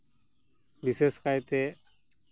ᱵᱤᱥᱮᱥ ᱠᱟᱭᱛᱮ